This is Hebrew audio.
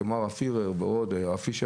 כמו הרב פירר והרב פישר.